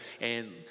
and